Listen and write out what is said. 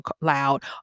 loud